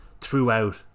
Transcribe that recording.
throughout